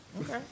Okay